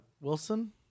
Wilson